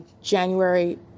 January